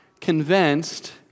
convinced